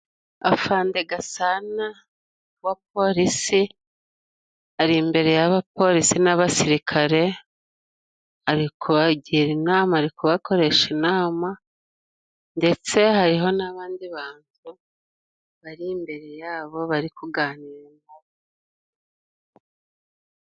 Afande Gasana wa Polisi ari imbere y'abapolisi n'abasirikare, ari kubagira inama ari kubakoresha inama, ndetse hariho n'abandi bantu bari imbere yabo bari kuganira.